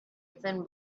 thin